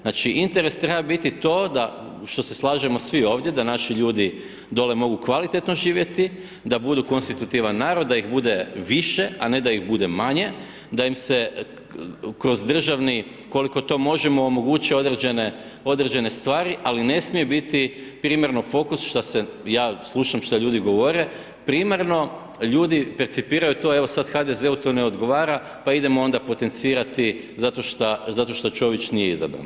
Znači interes treba biti to da što se slažemo svi ovdje, da naši ljudi dole mogu kvalitetno živjeti, da budu konstitutivan narod, da ih bude više a ne da ih bude manje, da im se kroz državni, koliko to možemo, omogući određene stvari ali ne smije biti primarno u fokusu šta se ja slušam šta ljudi govore, primarno ljudi percipiraju evo to sad HDZ-u to ne odgovara pa idemo onda potencirati zato šta Čović nije izabran.